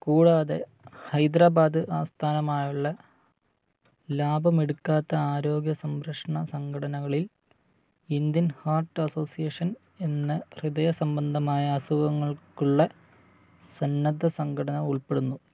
കൂടാതെ ഹൈദരാബാദ് ആസ്ഥാനമായുള്ള ലാഭമെടുക്കാത്ത ആരോഗ്യസംരക്ഷണസംഘടനകളിൽ ഇന്ത്യൻ ഹാർട്ട് അസോസിയേഷൻ എന്ന ഹൃദയസംബന്ധമായ അസുഖങ്ങൾക്കുള്ള സന്നദ്ധസംഘടന ഉൾപ്പെടുന്നു